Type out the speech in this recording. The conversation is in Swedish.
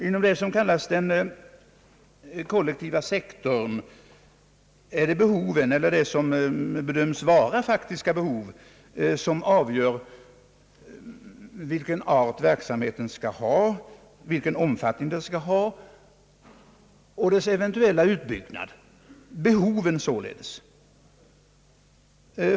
Inom det som kallas den kollektiva sektorn är det behoven eller det som bedöms vara de faktiska behoven — som avgör vilken art och omfattning verksamheten skall ha och dess eventuella utbyggnad.